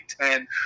Ten